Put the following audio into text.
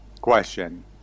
question